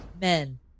Men